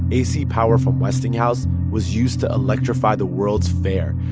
ac power from westinghouse was used to electrify the world's fair,